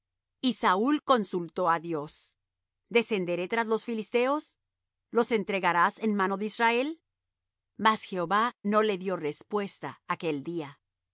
y saúl consultó á dios descenderé tras los filisteos los entregarás en mano de israel mas jehová no le dió respuesta aquel día